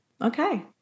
okay